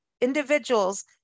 individuals